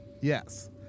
Yes